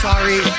Sorry